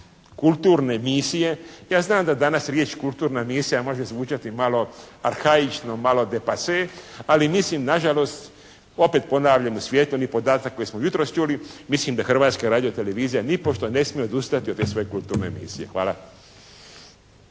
kulturne misije, ja znam da danas riječ: "kulturna misija" može zvučati malo arhaično, malo de pase, ali mislim na žalost, opet ponavljam u svijetu ni podatak koji smo jutros čuli, mislim da Hrvatska radiotelevizija nipošto ne smije odustati od te svoje kulturne emisije. Hvala.